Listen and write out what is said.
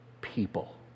people